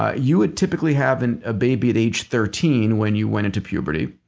ah you would typically have and a baby at age thirteen, when you went into puberty,